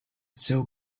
still